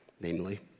namely